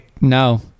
No